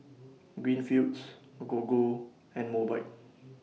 Greenfields Gogo and Mobike